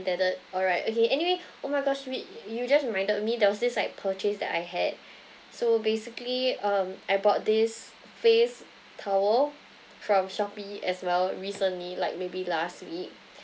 all right okay anyway oh my gosh wait you just reminded me there was this like purchase that I had so basically um I bought this face towel from Shopee as well recently like maybe last week